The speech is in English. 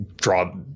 draw